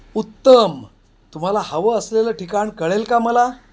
उत्तम तुम्हाला हवं असलेलं ठिकाण कळेल का मला